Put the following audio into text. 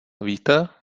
víte